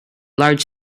large